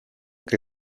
que